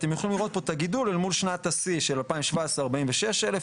ואתם יכולים לראות פה את הגידול אל מול שנת השיא של 2017 46 אלף,